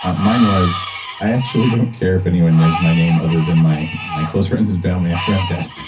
ah mine was i actually don't care if anyone knows my name other than my yeah my close friends and family after i'm dead.